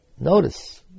notice